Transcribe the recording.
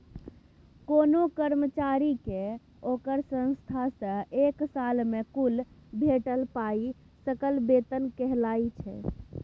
कोनो कर्मचारी केँ ओकर संस्थान सँ एक साल मे कुल भेटल पाइ सकल बेतन कहाइ छै